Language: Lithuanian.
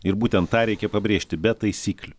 ir būtent tą reikia pabrėžti be taisyklių